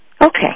Okay